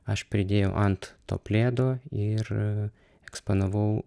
aš pridėjau ant to plėdo ir eksponavau